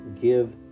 give